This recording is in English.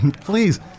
Please